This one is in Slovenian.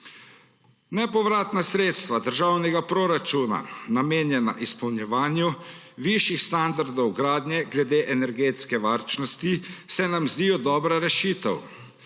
Nepovratna sredstva državnega proračuna, namenjena izpolnjevanju višjih standardov gradnje glede energetske varčnosti, se nam zdijo dobra rešitev.